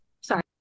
sorry